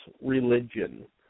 religion